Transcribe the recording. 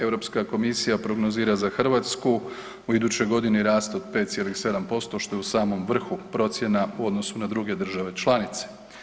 Europska komisija prognozira za Hrvatsku u idućoj godini rast od 5,7%, što je u samom vrhu procjena u odnosu na druge države članice.